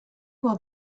while